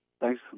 Thanks